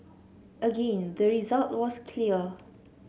again the result was clear